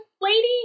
lady